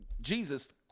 Jesus